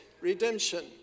redemption